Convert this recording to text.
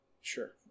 Sure